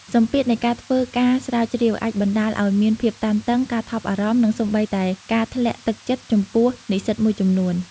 សម្ពាធនៃការធ្វើការស្រាវជ្រាវអាចបណ្តាលឱ្យមានភាពតានតឹង ការថប់បារម្ភ និងសូម្បីតែការធ្លាក់ទឹកចិត្តចំពោះនិស្សិតមួយចំនួន។